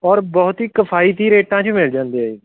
ਔਰ ਬਹੁਤ ਹੀ ਕਿਫਾਇਤੀ ਰੇਟਾਂ 'ਚ ਮਿਲ ਜਾਂਦੇ ਆ ਜੀ